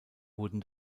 wurden